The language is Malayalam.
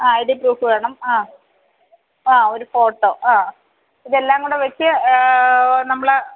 ഐ ഡി പ്രൂഫ് വേണം ആ ആ ഒരു ഫോട്ടോ ആ ഇതെല്ലാം കൂടെ വെച്ച് നമ്മൾ